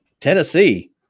Tennessee